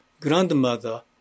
grandmother